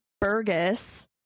Burgess